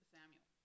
Samuel